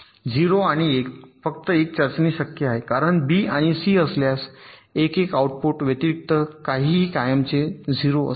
0 आणि 1 फक्त 1 चाचणी शक्य आहे कारण बी आणि सी असल्यास 1 1 आउटपुट व्यतिरिक्त काहीही कायमचे 0 असेल